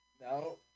No